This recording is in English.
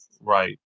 Right